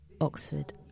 Oxford